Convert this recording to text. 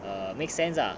err makes sense ah